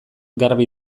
garbi